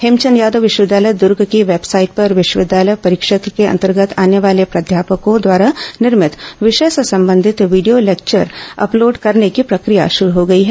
हेमचंद यादव विश्वविद्यालय दूर्ग की वेबसाइट पर विश्वविद्यालय परिक्षेत्र के अंतर्गत आने वाले प्राध्यापकों द्वारा निर्मित विषय से संबंधित वीडियो लेक्चर अपलोड करने की प्रक्रिया शुरू हो गई है